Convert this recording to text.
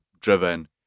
driven